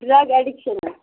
drug addiction